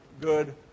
good